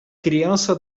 criança